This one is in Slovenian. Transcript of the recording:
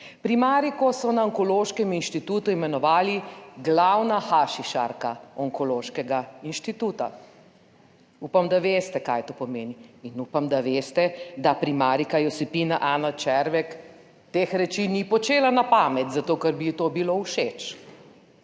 nerazumljivo/ na Onkološkem inštitutu imenovali glavna hašišarka onkološkega inštituta. Upam, da veste, kaj to pomeni, in upam, da veste, da primarijka Josipina Ana Červek teh reči ni počela na pamet zato, ker bi ji to bilo všeč.